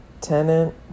tenant